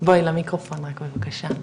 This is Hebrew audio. בואי למיקרופון בבקשה.